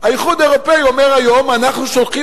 האיחוד האירופי אומר היום: אנחנו שולחים